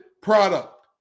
product